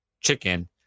chicken